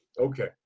Okay